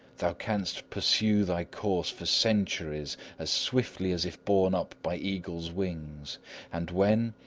thou canst pursue thy course for centuries as swiftly as if borne up by eagle's wings and when,